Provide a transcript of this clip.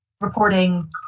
reporting